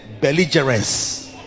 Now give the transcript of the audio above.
belligerence